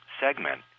segment